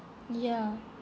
ya